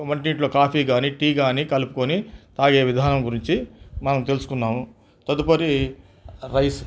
వంటింట్లో కాఫీ కానీ టీ కానీ కాలుపుకొని తాగే విధానం గురించి మనం తెలుసుకున్నాము తదుపరి రైస్